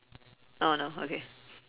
oh no okay